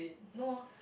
no ah